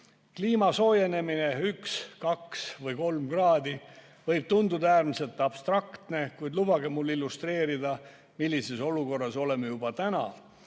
Kliima soojenemine üks, kaks või kolm kraadi võib tunduda äärmiselt abstraktne, kuid lubage mul illustreerida, millises olukorras oleme juba täna: